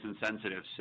insensitive